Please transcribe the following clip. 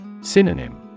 Synonym